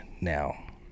now